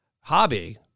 hobby